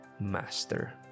master